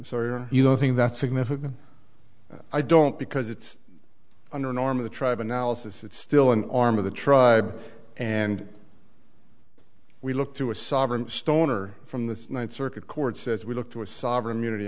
or you don't think that's significant i don't because it's under norm of the tribe analysis it's still an arm of the tribe and we look through a sovereign stone or from the ninth circuit court says we look towards sovereign immunity